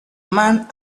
man